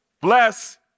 bless